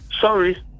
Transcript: Sorry